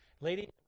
Lady